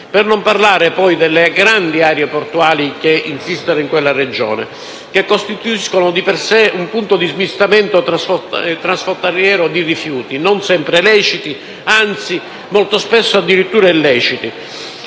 Per non parlare, poi, delle grandi aree portuali che insistono in quella Regione, che costituiscono di per sé un punto di smistamento transfrontaliero di rifiuti non sempre leciti, anzi molto spesso addirittura illeciti,